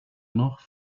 noch